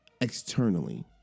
externally